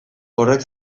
horrek